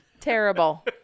Terrible